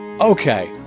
Okay